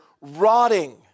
rotting